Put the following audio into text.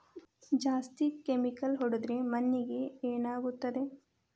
ಜಾಸ್ತಿ ಕೆಮಿಕಲ್ ಹೊಡೆದ್ರ ಮಣ್ಣಿಗೆ ಏನಾಗುತ್ತದೆ?